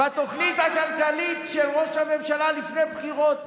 בתוכנית הכלכלית של ראש הממשלה לפני הבחירות,